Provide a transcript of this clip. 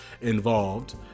involved